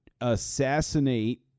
assassinate